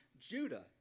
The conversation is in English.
Judah